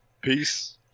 Peace